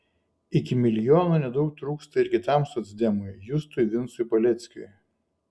iki milijono nedaug trūksta ir kitam socdemui justui vincui paleckiui